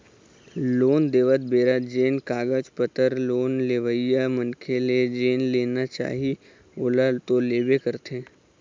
loan देवत बेरा जेन कागज पतर लोन लेवइया मनखे ले जेन लेना चाही ओला तो लेबे करथे